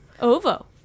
Ovo